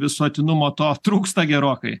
visuotinumo to trūksta gerokai